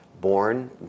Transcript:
born